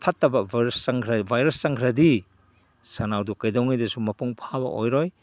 ꯐꯠꯇꯕ ꯚꯥꯏꯔꯁ ꯆꯪꯈ꯭ꯔꯗꯤ ꯁꯟꯅꯥꯎꯗꯨ ꯀꯩꯗꯧꯉꯩꯗꯁꯨ ꯃꯄꯨꯡ ꯐꯥꯕ ꯑꯣꯏꯔꯣꯏ